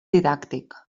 didàctic